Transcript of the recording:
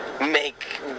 Make